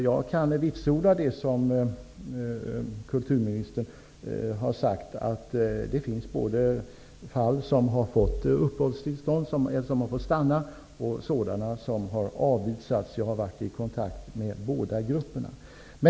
Jag kan vitsorda det som kulturministern har sagt, dvs. att det finns fall både där personer har fått uppehållstillstånd och där personer har utvisats. Jag har varit i kontakt med båda grupperna.